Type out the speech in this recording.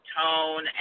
tone